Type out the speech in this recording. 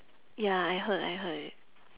ya I heard I heard